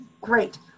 Great